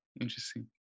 Interesting